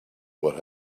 what